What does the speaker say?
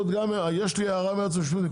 יש פה הערה מהיועצת המשפטית,